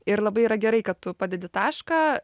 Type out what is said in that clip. ir labai yra gerai kad tu padedi tašką